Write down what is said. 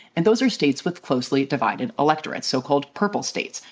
and those are states with closely divided electorates, so-called purple states.